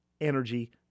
energy